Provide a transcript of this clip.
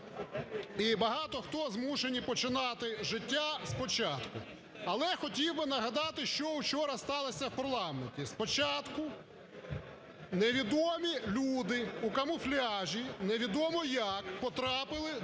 і багато хто змушені починати життя спочатку. Але хотів би нагадати, що учора сталося в парламенті. Спочатку невідомі люди у камуфляжі невідомо як потрапили до